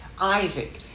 Isaac